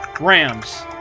Rams